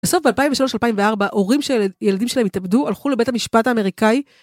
בסוף ב-2003-2004, הורים שהילדים שלהם התאבדו, הלכו לבית המשפט האמריקאי.